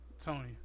Tony